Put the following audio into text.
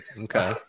Okay